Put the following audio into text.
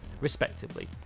respectively